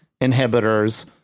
inhibitors